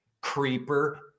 creeper